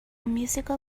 musical